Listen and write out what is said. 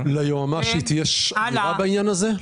ליועמ"שית המשרד יש אמירה בעניין הזה?